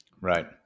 Right